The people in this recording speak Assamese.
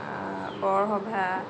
বৰসবাহ